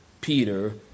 Peter